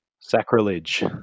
Sacrilege